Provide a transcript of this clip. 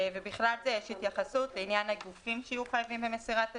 ובכלל זה יש התייחסות לעניין הגופים שיהיו חייבים במסירת הדיווח,